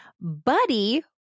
Buddy